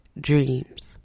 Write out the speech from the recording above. dreams